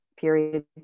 periods